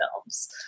films